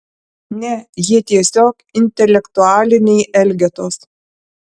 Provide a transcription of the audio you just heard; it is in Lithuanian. ne jie tiesiog intelektualiniai elgetos